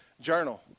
journal